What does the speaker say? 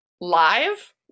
live